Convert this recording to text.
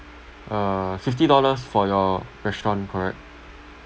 uh fifty dollars for your restaurant correct